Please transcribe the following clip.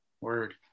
Word